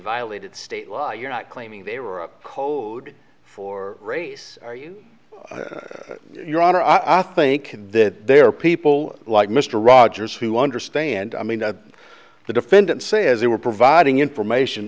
violated state law you're not claiming they were a code for race are you your honor i think that there are people like mr rogers who understand i mean the defendant says they were providing information